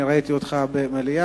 אני ראיתי אותך במליאה,